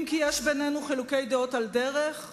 אם כי יש בינינו חילוקי דעות על דרך,